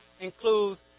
includes